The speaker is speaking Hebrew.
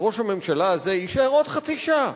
שראש הממשלה הזה יישאר עוד חצי שעה,